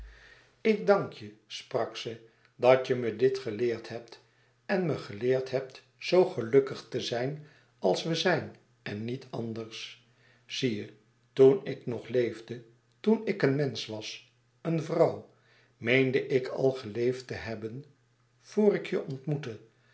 ik dank je sprak ze dat je me dit geleerd hebt en me geleerd hebt zo gelukkig te zijn als we zijn en niet anders zie je toen ik nog leefde toen ik een mensch was een vrouw meende ik al geleefd te hebben vr ik je ontmoette